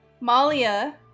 Malia